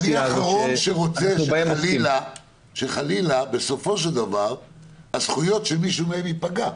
אני האחרון שארצה שחלילה בסופו של דבר הזכויות של מי מהם יפגע.